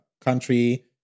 Country